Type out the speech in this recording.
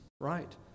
Right